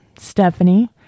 Stephanie